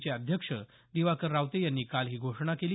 चे अध्यक्ष दिवाकर रावते यांनी काल ही घोषणा केली